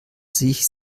sich